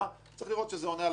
יש לראות שזה עונה על הדרישות.